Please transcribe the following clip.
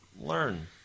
learn